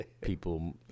people